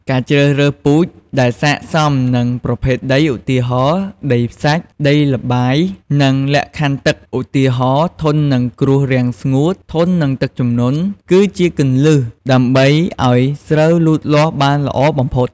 ការជ្រើសរើសពូជដែលស័ក្តិសមនឹងប្រភេទដី ឧទាហរណ៍ ដីខ្សាច់ ដីល្បាយ និងលក្ខខណ្ឌទឹក ឧទាហរណ៍ ធន់នឹងគ្រោះរាំងស្ងួត ធន់នឹងទឹកជំនន់ គឺជាគន្លឹះដើម្បីឱ្យស្រូវលូតលាស់បានល្អបំផុត។